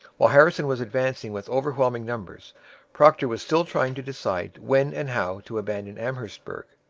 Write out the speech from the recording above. while harrison was advancing with overwhelming numbers procter was still trying to decide when and how to abandon amherstburg.